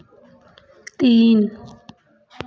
तीन